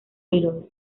idol